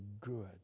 good